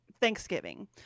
thanksgiving